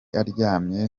aryamye